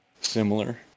similar